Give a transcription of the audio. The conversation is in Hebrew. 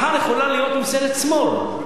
מחר יכולה להיות ממשלת שמאל,